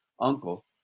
uncle